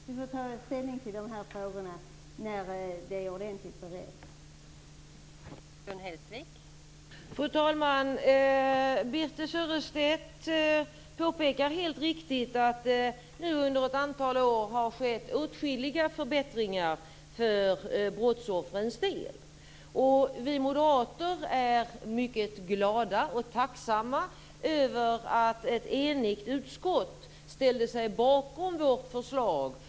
Vi får ta ställning till de här frågorna när de är ordentligt beredda, Gun Hellsvik.